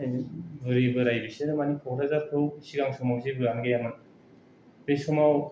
बुरि बोराय बिसोरो मानि क'क्राझारखौ सिगां समाव जेबोआनो गैयामोन बे समाव